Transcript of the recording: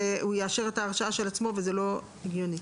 והוא יאשר את ההרשאה של עצמו, וזה לא הגיוני.